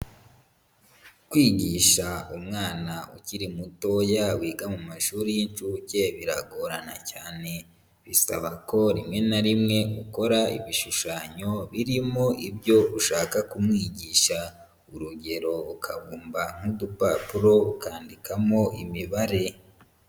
Kwigisha umwana ukiri mutoya wiga mu mashuri y'inshuke biragorana cyane, bisaba ko rimwe na rimwe ukora ibishushanyo birimo ibyo ushaka kumwigisha, urugero ukabumba nk'udupapuro ukandikamo imibare.